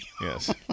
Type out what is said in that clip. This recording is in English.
Yes